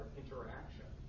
interaction